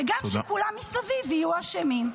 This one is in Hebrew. וגם שכולם מסביב יהיו אשמים.